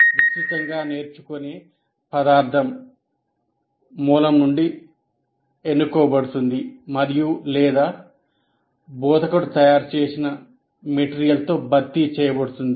విస్తృతంగా నేర్చుకునే పదార్థంతో భర్తీ చేయబడుతుంది